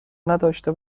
نداشته